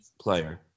player